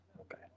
Okay